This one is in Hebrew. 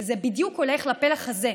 וזה בדיוק הולך לפלח הזה,